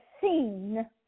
seen